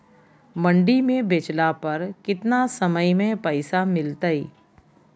मंडी में बेचला पर कितना समय में पैसा मिलतैय?